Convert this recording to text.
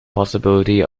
possibility